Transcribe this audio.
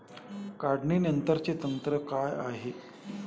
काढणीनंतरचे तंत्र काय आहे?